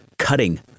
cutting